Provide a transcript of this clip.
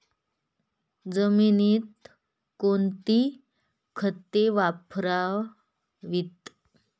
जमिनीत कोणती खते वापरावीत?